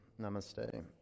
Namaste